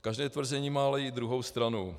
Každé tvrzení má i druhou stranu.